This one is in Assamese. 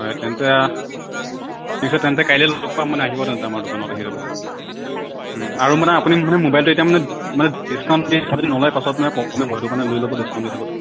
হয় তেন্তে পিছত তেন্তে কাইলৈ লগ পাম মানে আহিব আমাৰ দোকানত আহি যাব আৰু মানে আপুনি মানে ম'বাইলটো এতিয়া মানে মানে ডিছকাউণ্ট দি আছে মানে যদি নলয় পাছত মানে প্ৰব্লেম হ'ব সেইকাৰণে লৈ ল'ব ডিছকাউণ্ট দি থাকোঁতে